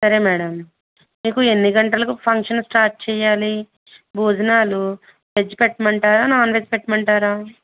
సరే మేడం మీకు ఎన్ని గంటలకు ఫంక్షన్ స్టార్ట్ చేయాలి భోజనాలు వెజ్ పెట్టమంటారా నాన్ వెజ్ పెట్టమంటారా